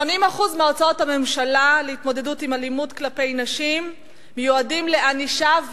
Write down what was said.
80% מהוצאות הממשלה להתמודדות עם אלימות כלפי נשים מיועדות לענישה,